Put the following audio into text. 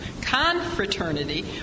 confraternity